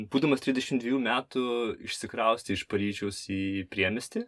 būdamas tridešim dviejų metų išsikraustė iš paryžiaus į priemiestį